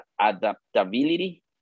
adaptability